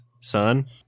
son